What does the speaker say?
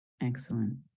Excellent